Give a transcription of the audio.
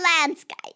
landscape